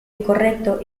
incorrecto